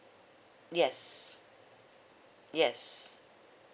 yes yes